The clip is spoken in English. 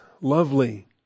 Lovely